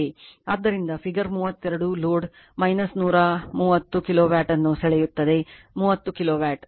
ಆದ್ದರಿಂದ figure 32 load 1 30 kW ನ್ನು ಸೆಳೆಯುತ್ತದೆ 30 kW